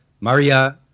Maria